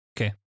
Okay